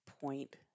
point